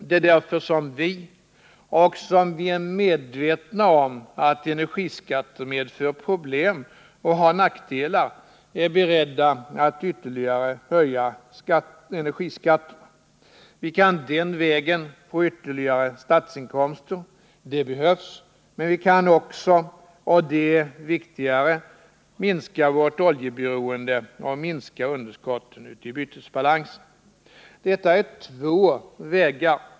Det är därför som vi — trots att vi är medvetna om att energiskatter medför problem och har nackdelar — är beredda att ytterligare höja energiskatterna. Vi kan den vägen få ytterligare statsinkomster — och det behövs. Men vi kan också — och det är viktigare — minska vårt oljeberoende och minska underskotten i bytesbalansen. Detta är två vägar.